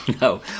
no